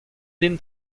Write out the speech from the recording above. din